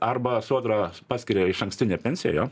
arba sodra paskiria išankstinę pensiją jo